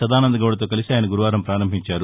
సదానందగౌడతో కలిసి ఆయస గురువారం ప్రారంభించారు